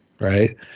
right